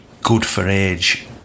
good-for-age